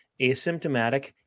asymptomatic